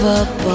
up